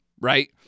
right